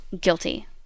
guilty